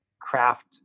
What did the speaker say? craft